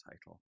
title